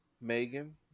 Megan